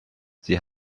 sie